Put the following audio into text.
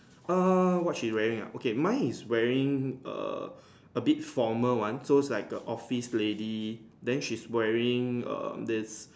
err what she wearing ah okay mine is wearing err a bit formal one so is like a office lady then she's wearing um this